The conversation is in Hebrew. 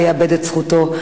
ויאבד את זכותו,